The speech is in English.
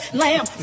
lamb